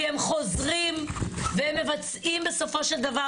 כי הם חוזרים והם מבצעים בסופו של דבר